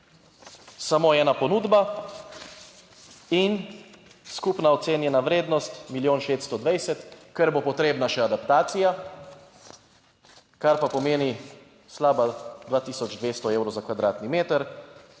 Samo ena ponudba in skupna ocenjena vrednost milijon 620, ker bo potrebna še adaptacija, kar pa pomeni slaba 2200 evrov za kvadratni meter,